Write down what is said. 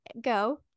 go